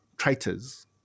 traitors